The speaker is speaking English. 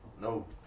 No